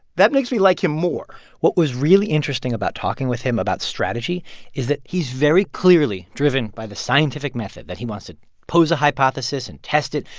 that makes me like him more what was really interesting about talking with him about strategy is that he's very clearly driven by the scientific method that he wants to pose a hypothesis and test it,